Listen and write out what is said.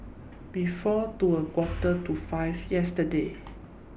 before to A Quarter to five yesterday